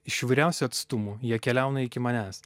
iš įvairiausių atstumų jie keliauna iki manęs